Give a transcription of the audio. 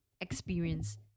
experience